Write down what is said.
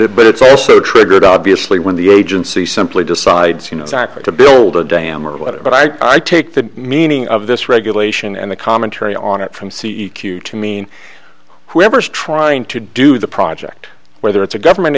it but it's also triggered obviously when the agency simply decides you know exactly to build a dam or whatever but i take the meaning of this regulation and the commentary on it from c e q to mean whoever is trying to do the project whether it's a government